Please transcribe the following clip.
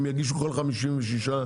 יוסיפו לו ברישיון,